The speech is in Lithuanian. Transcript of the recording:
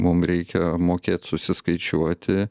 mum reikia mokėt susiskaičiuoti